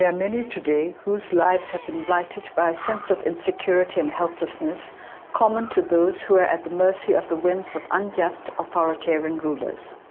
yeah many today whose lives have been blighted by a sense of insecurity and helplessness common to those who are at the mercy of the whims of unjust authoritarian rulers.